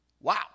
Wow